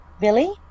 Billy